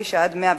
109 112,